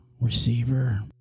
receiver